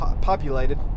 populated